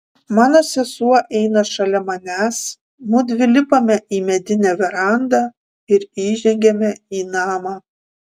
mano sesuo eina šalia manęs mudvi lipame į medinę verandą ir įžengiame į namą